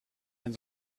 and